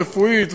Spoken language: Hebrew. רפואית,